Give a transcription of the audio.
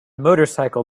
motorcycle